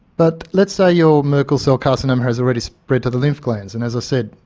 but let's say your merkel cell carcinoma has already spread to the lymph grounds, and, as i said,